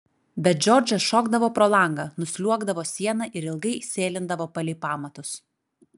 bet džordžas šokdavo pro langą nusliuogdavo siena ir ilgai sėlindavo palei pamatus